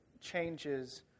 changes